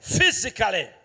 Physically